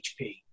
HP